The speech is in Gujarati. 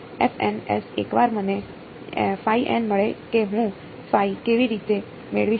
s એકવાર મને મળે કે હું કેવી રીતે મેળવી શકું